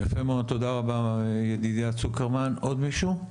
יפה מאוד, תודה רבה ידידיה צוקרמן, עוד מישהו?